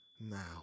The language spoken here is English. now